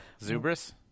Zubris